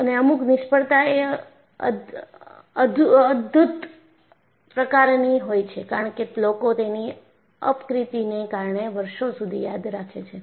અને અમુક નિષ્ફળતા એ અદ્ભુત પ્રકાર ની હોય છે કારણ કે લોકો તેની અપક્રિતી ને કારણે વર્ષો સુધી યાદ રાખે છે